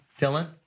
Dylan